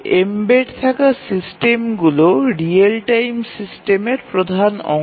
embed থাকা সিস্টেমগুলি real time সিস্টেমের প্রধান অংশ